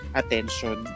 attention